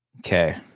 Okay